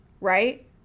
right